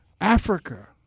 Africa